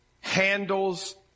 handles